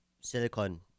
Silicon